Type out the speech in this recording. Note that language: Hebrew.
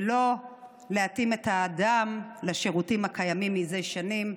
ולא להתאים את האדם לשירותים הקיימים זה שנים,